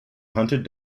hunted